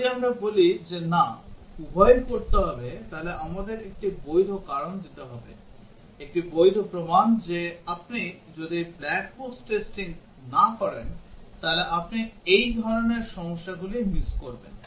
যদি আমরা বলি যে না উভয়ই করতে হবে তাহলে আমাদের একটি বৈধ কারণ দিতে হবে একটি বৈধ প্রমাণ যে আপনি যদি ব্ল্যাক বক্স টেস্টিং না করেন তাহলে আপনি এই ধরনের সমস্যাগুলি মিস করবেন